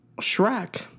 Shrek